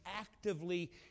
actively